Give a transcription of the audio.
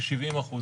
כ-70%.